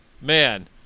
Man